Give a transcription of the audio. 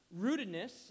rootedness